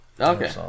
Okay